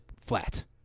flat